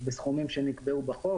חוק שמאריך את מועד ההשבה.